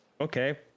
okay